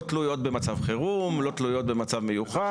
לא תלויות במצב חירום ולא תלויות במצב מיוחד.